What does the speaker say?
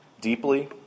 deeply